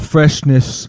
Freshness